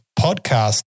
podcast